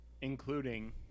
Including